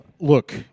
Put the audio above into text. Look